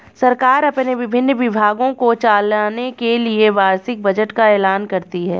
सरकार अपने विभिन्न विभागों को चलाने के लिए वार्षिक बजट का ऐलान करती है